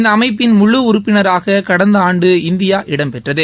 இந்த அமைப்பின் முழு உறுப்பினராக கடந்த ஆண்டு இந்தியா இடம் பெற்றது